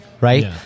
right